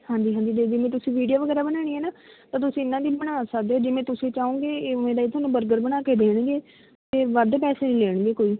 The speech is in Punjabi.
ਹਾਂਜੀ ਹਾਂਜੀ ਜੇ ਜਿਵੇਂ ਤੁਸੀਂ ਵੀਡੀਓ ਵਗੈਰਾ ਬਣਾਉਣੀ ਹੈ ਨਾ ਤਾਂ ਤੁਸੀਂ ਇਹਨਾਂ ਦੀ ਵੀ ਬਣਾ ਸਕਦੇ ਹੋ ਜਿਵੇਂ ਤੁਸੀਂ ਚਾਹੋਗੇ ਇਹ ਉਵੇਂ ਦਾ ਹੀ ਤੁਹਾਨੂੰ ਬਰਗਰ ਬਣਾ ਕੇ ਦੇਣਗੇ ਅਤੇ ਵੱਧ ਪੈਸੇ ਨਹੀਂ ਲੈਣਗੇ ਕੋਈ